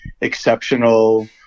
exceptional